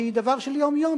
שהיא דבר של יום-יום,